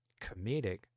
comedic